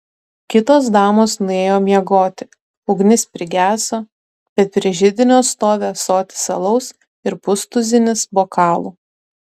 kitos damos nuėjo miegoti ugnis prigeso bet prie židinio stovi ąsotis alaus ir pustuzinis bokalų